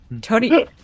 Tony